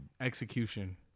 Execution